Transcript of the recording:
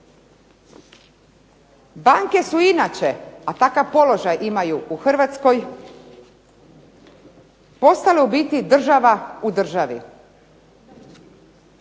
Banke su inače, a takav položaj imaju u Hrvatskoj postale u biti država u državi.